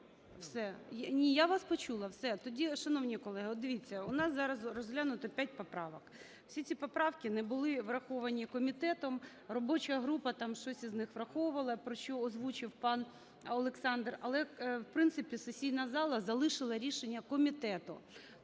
Все. Ні, я вас почула. Все. Тоді, шановні колеги, от дивіться, у нас зараз розглянуто п'ять поправок. Всі ці поправки не були враховані комітетом, робоча група там щось із них враховувала, про що озвучив пан Олександр, але, в принципі, сесійна зала залишила рішення комітету.